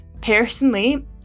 personally